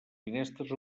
finestres